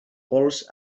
pols